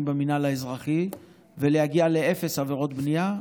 במינהל האזרחי ולהגיע לאפס עבירות בנייה.